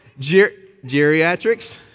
Geriatrics